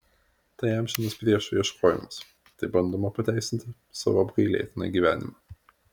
tai amžinas priešo ieškojimas taip bandoma pateisinti savo apgailėtiną gyvenimą